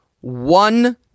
one